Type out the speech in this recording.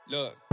Look